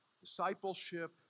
discipleship